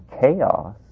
chaos